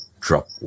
drop